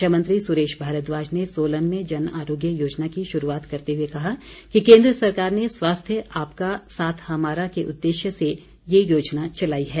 शिक्षा मंत्री सुरेश भारद्वाज ने सोलन में जन आरोग्य योजना की शुरूआत करते हुए कहा कि केन्द्र सरकार ने स्वास्थ्य आपका साथ हमारा के उद्देश्य से ये योजना चलाई है